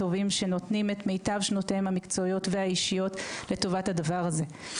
טובים שנותנים את מיטב שנותיהם המקצועיות והאישיות לטובת הדבר הזה.